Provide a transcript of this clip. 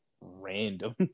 random